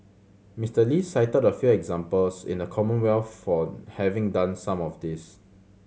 Mister Lee cited a few examples in the Commonwealth for having done some of this